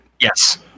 Yes